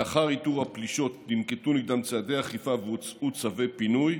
לאחר איתור הפלישות ננקטו נגדן צעדי אכיפה והוצאו צווי פינוי.